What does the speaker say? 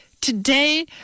today